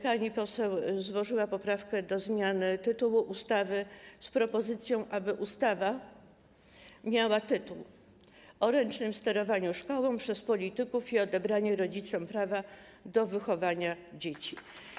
Pani poseł złożyła poprawkę w sprawie zmiany tytułu ustawy i zaproponowała, aby ustawa miała tytuł: o ręcznym sterowaniu szkołą przez polityków i odebraniu rodzicom prawa do wychowania dzieci.